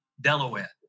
Delaware